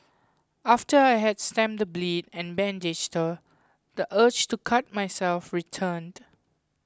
after I helped stem the bleed and bandaged her the urge to cut myself returned